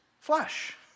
flesh